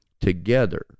together